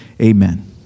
Amen